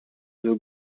aux